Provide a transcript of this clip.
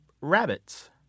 rabbits